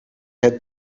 had